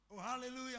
hallelujah